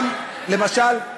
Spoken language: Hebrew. למשל,